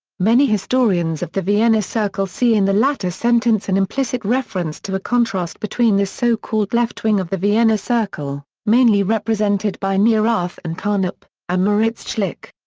many historians of the vienna circle see in the latter sentence an and implicit reference to a contrast between the so-called left wing of the vienna circle, mainly represented by neurath and carnap, and moritz schlick.